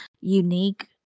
unique